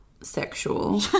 sexual